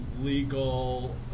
legal